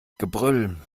gebrüll